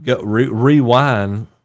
rewind